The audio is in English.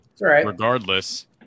regardless